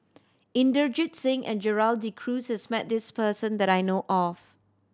Inderjit Singh and Gerald De Cruz has met this person that I know of